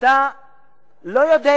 אתה לא יודע